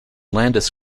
landis